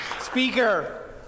Speaker